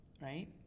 Right